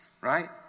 Right